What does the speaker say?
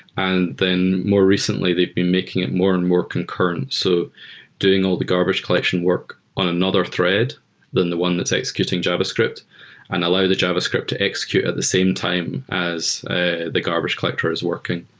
and then more recently, they've been making it more and more concurrent. so doing all the garbage collection work on another thread than the one that's executing javascript and allow the javascript to execute at the same time as ah the garbage collector is working.